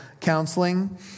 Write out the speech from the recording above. counseling